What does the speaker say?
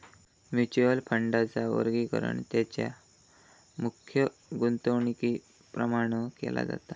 mutual फंडांचा वर्गीकरण तेंच्या मुख्य गुंतवणुकीप्रमाण केला जाता